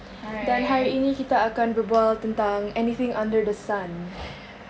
dan hari ni kita akan berbual tentang anything under the sun